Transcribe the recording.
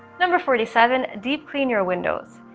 number forty seven deep clean your windows.